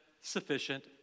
sufficient